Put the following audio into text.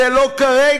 זה לא כרגע.